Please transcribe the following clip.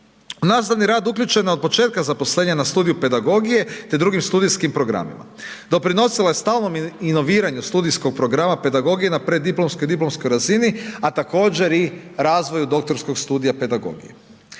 nastavni rad uključena je otpočetka zaposlenja na studiju pedagogije te drugim studijskim programima. Doprinosila je stalnom inoviranju studijskog programa pedagogije na preddiplomskoj i diplomskoj razini, a također i razvoju doktorskog studija pedagogije.